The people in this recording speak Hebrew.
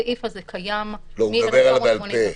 הסעיף הזה קיים --- הוא מדבר על לשאול בעל-פה.